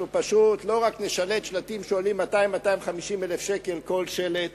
אנחנו פשוט לא נשלט שלטים שעולים 200,000 250,000 שקל כל שלט,